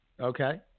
Okay